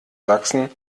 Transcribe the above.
sachsen